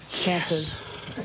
chances